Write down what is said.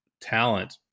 talent